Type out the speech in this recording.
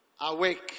awake